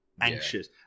anxious